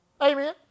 Amen